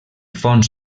fons